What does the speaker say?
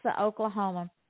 Oklahoma